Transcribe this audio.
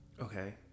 Okay